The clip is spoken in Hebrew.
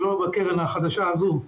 שלא בקרן החדשה הזאת,